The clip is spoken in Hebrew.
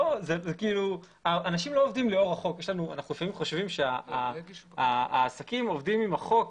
לפעמים אנחנו חושבים שהעסקים עובדים עם החוק,